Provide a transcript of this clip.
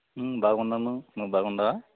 బాగున్నాము నువ్వు బాగుంన్నావా